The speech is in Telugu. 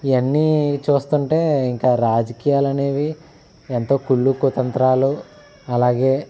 ఇవన్నీ చూస్తుంటే ఇంక రాజకీయాలనేవి ఎంతో కుళ్ళు కుతంత్రాలు అలాగే